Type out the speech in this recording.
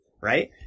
Right